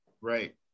right